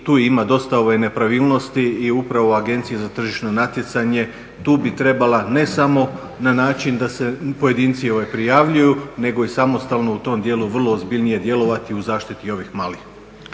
tu ima dosta nepravilnosti i upravo Agencija za tržno natjecanje tu bi trebala ne samo na način da se pojedinci prijavljuju nego i samostalno u tom dijelu vrlo ozbiljnije djelovati u zaštiti ovih malih.